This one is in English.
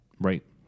Right